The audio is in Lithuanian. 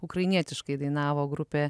ukrainietiškai dainavo grupė